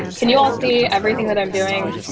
can you all see everything that i'm doing?